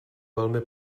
velmi